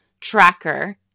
tracker